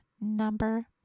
number